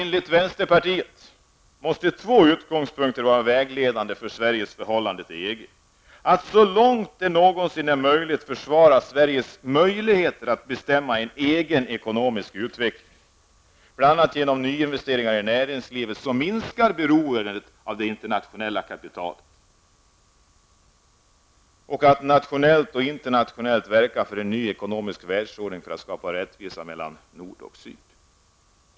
Enligt vänsterpartiet bör två utgångspunkter vara vägledande för Sveriges förhållande till EG: att så långt det någonsin är möjligt försvara Sveriges möjligheter att bestämma sin egen ekonomiska utveckling, bl.a. genom nyinvesteringar i näringslivet som minskar beroendet av det internationella kapitalet, och att nationellt och internationellt verka för en ny ekonomisk världsordning för att skapa rättvisa mellan nord och syd.